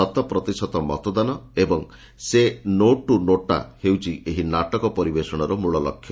ଶତପ୍ରତିଶତ ମତଦାନ ଏବଂ ସେ ନୋ ଟୁ ନୋଟା ହେଉଛି ଏହି ନାଟକ ପରିବେଷଣର ମୂଳ ଲକ୍ଷ୍ୟ